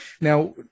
Now